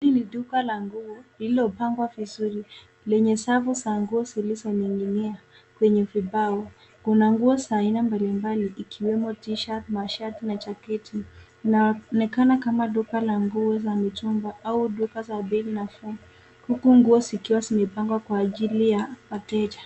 Hili ni duka la nguo lililopangwa vizuri yenye safu za nguo zilizoning'inia kwenye vibao. Kuna nguo za aina mbalimbali ikiwemo t-shirt mashati na jaketi, inaonekana kama duka la nguo la mitumba au duka za bei nafuu huku nguo zikiwa zimepangwa kwa ajili ya wateja.